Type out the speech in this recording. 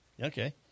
Okay